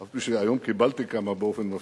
אף-על-פי שהיום קיבלתי כמה באופן מפתיע,